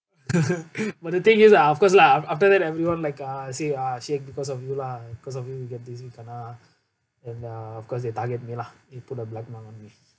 but the thing is ah of course lah after that everyone like ah say shame because of you lah cause of you we get this we kena and uh of course they target me lah they put a black mark on me